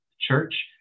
church